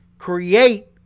Create